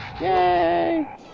Yay